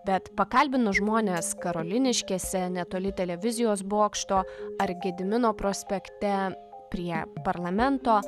bet pakalbinus žmones karoliniškėse netoli televizijos bokšto ar gedimino prospekte prie parlamento